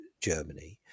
germany